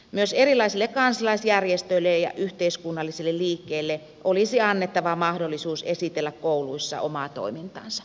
myös erilaisille kansalaisjärjestöille ja yhteiskunnallisille liikkeille olisi annettava mahdollisuus esitellä kouluissa omaa toimintaansa